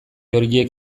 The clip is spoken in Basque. horiek